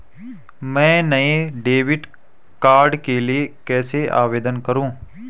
मैं नए debit card के लिए कैसे आवेदन करूं?